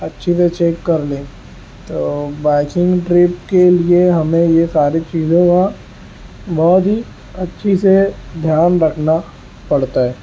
اچھے سے چیک کر لیں تو بائکنگ ٹرپ کے لیے ہمیں یہ ساری چیزیں بہت ہی اچھی سے دھیان رکھنا پڑتا ہے